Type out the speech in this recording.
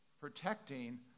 protecting